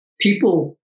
people